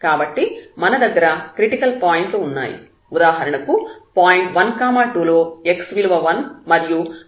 కాబట్టి మన దగ్గర క్రిటికల్ పాయింట్లు ఉన్నాయి ఉదాహరణకు పాయింట్ 1 2 లో x విలువ 1 మరియు y విలువ 2 అవుతాయి